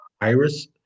Iris